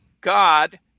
God